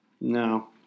No